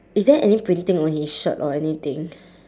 is there anything printing on his shirt or anything